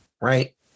right